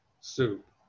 soup